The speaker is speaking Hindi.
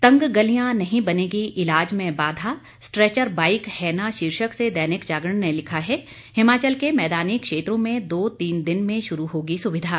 तंग गलियां नहीं बनेंगी इलाज में बाधा स्ट्रेचर बाइक है ना शीर्षक से दैनिक जागरण ने लिखा है हिमाचल के मैदानी क्षेत्रों में दो तीन दिन में शुरू होगी सुविधा